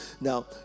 now